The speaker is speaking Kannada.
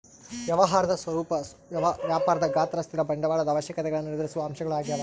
ವ್ಯವಹಾರದ ಸ್ವರೂಪ ವ್ಯಾಪಾರದ ಗಾತ್ರ ಸ್ಥಿರ ಬಂಡವಾಳದ ಅವಶ್ಯಕತೆಗುಳ್ನ ನಿರ್ಧರಿಸುವ ಅಂಶಗಳು ಆಗ್ಯವ